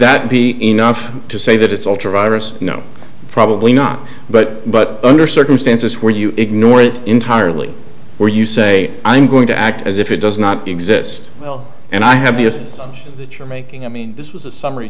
that be enough to say that it's alter virus you know probably not but but under circumstances where you ignore it entirely or you say i'm going to act as if it does not exist well and i have the essence of that you're making i mean this was a summary